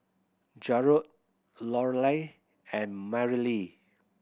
Jarod Lorelei and Merrilee